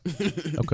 Okay